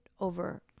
over